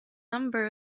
number